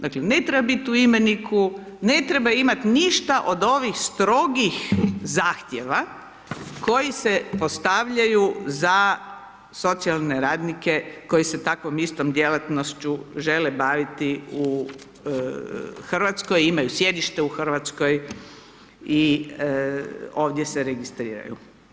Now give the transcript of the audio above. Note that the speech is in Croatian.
Dakle, ne treba biti u imeniku, ne treba imati ništa od ovih strogih zahtjeva koji se postavljaju za socijalne radnike koji se takvom istom djelatnošću žele baviti u RH, imaju sjedište u RH i ovdje se registriraju.